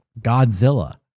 Godzilla